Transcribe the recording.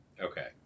Okay